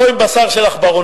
לא עם בשר של עכברונים.